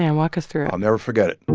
and walk us through it i'll never forget it